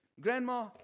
grandma